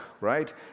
right